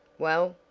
well,